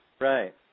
Right